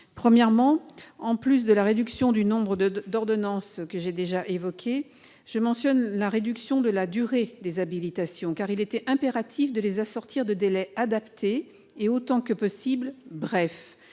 Premièrement, en plus de la réduction du nombre de d'ordonnances que j'ai déjà évoquée, je souhaite souligner la réduction de la durée des habilitations. Il était impératif de les assortir de délais adaptés et, autant que possible, brefs.